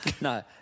No